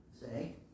Say